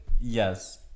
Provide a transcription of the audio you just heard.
Yes